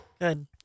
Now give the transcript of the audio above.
Good